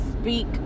speak